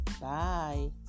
Bye